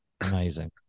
Amazing